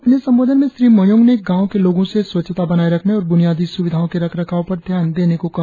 अपने संबोधन में श्री मोयोंग ने गांव के लोगों से स्वच्छता बनाए रखने और बुनियादी सुविधाओं के रखरखाव पर ध्यान देने को कहा